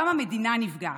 גם המדינה נפגעת.